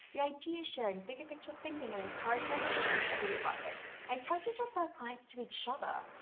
the idea sharing, bigger picture thinking, and encouragement are truly worth it. and coaches refer clients to each other.